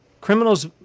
Criminals